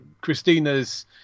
christina's